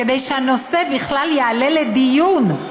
כדי שהנושא בכלל יעלה לדיון.